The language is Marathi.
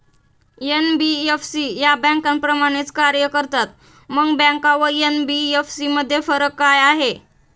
एन.बी.एफ.सी या बँकांप्रमाणेच कार्य करतात, मग बँका व एन.बी.एफ.सी मध्ये काय फरक आहे?